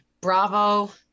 Bravo